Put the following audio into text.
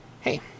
hey